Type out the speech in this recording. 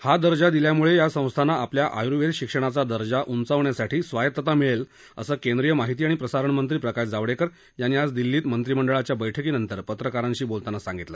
हा दर्जा दिल्यामुळे या संस्थांना आपल्या आयुर्वेद शिक्षणाचा दर्जा उंचावण्यासाठी स्वायत्तता मिळेल असं केंद्रीय महिती आणि प्रसारणमंत्री प्रकाश जावडेकर यांनी आज दिल्लीत मंत्रीमंडळाच्या बैठकीनंतर पत्रकारांशी बोलताना सांगितलं